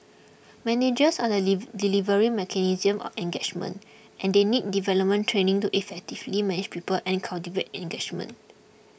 managers are the delivery mechanism of engagement and they need development training to effectively manage people and cultivate engagement